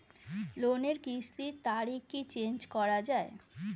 লোনের কিস্তির তারিখ কি চেঞ্জ করা যায়?